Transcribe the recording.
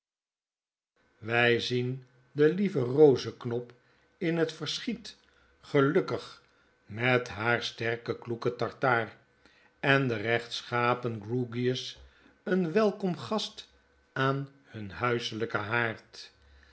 wij zien de lieve eoseknop in het verschiet gelukkig met haar sterken kloeken tartaar en den rechtschapen grewgious een welkom gast aan hun huiselyken haard